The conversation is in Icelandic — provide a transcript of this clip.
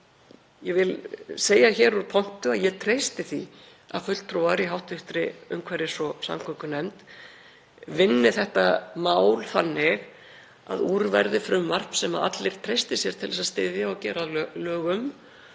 Ég vil segja hér úr pontu að ég treysti því að fulltrúar í hv. umhverfis- og samgöngunefnd vinni þetta mál þannig að úr verði frumvarp sem allir treysta sér til að styðja og gera að lögum